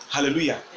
Hallelujah